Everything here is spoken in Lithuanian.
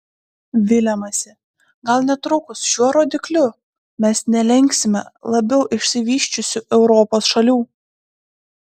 viliamasi gal netrukus šiuo rodikliu mes nelenksime labiau išsivysčiusių europos šalių